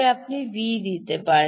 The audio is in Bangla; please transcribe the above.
আপনি ভি দিতে পারেন